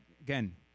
again